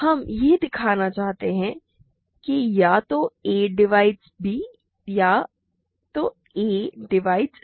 हम यह दिखाना चाहते हैं कि या तो a डिवाइड्स b या तो a डिवाइड्स c